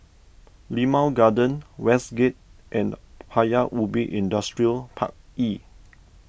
Limau Garden Westgate and Paya Ubi Industrial Park E